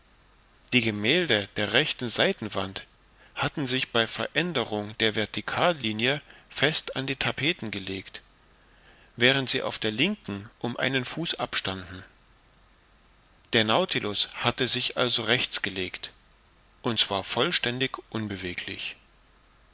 die gemälde der rechten seitenwand hatten sich bei veränderung der verticallinie fest an die tapeten gelegt während sie auf der linken unten um einen fuß abstanden der nautilus hatte sich also rechts gelegt und zwar vollständig unbeweglich